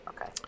okay